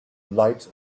light